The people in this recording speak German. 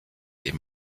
ihm